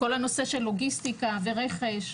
כל הנושא של לוגיסטיקה ורכש,